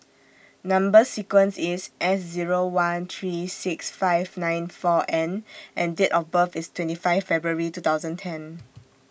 Number sequence IS S Zero one three six five nine four N and Date of birth IS twenty five February two thousand ten